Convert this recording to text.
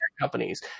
companies